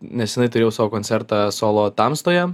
nesenai turėjau savo koncertą solo tamstoje